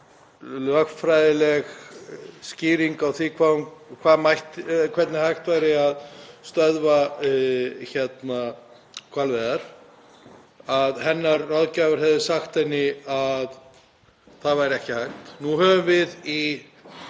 lögfræðilega skýringu á því hvernig hægt væri að stöðva hvalveiðar, að hennar ráðgjafar hefðu sagt henni að það væri ekki hægt. Nú höfum við í